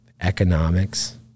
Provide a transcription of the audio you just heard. economics